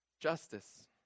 Justice